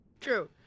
true